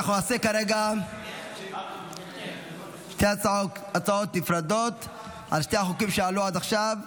אנחנו נעשה כרגע שתי הצעות נפרדות על שני החוקים שעלו עד עכשיו.